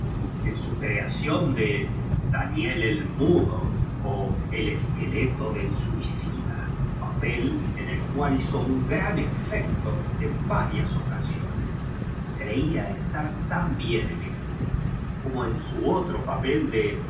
en m creación de daniel el mudo o el esqueleto del suicida papel en el cual hizo un gran efecto en varias ocasiones creía cslar tan bien en feto como en su otro papel de